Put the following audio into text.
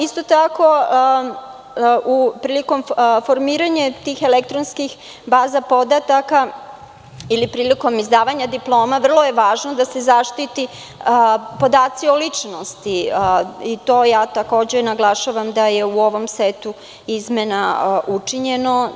Isto tako, prilikom formiranja tih elektronskih baza podataka ili prilikom izdavanja diploma, vrlo je važno da se zaštite podaci o ličnosti i naglašavam da je u ovom setu izmena učinjena.